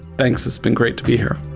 thanks. it's been great to be here